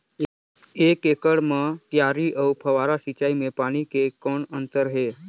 एक एकड़ म क्यारी अउ फव्वारा सिंचाई मे पानी के कौन अंतर हे?